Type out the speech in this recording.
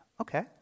Okay